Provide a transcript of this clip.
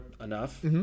enough